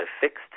Fixed